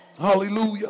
Hallelujah